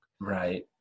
Right